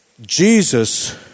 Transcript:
Jesus